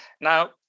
Now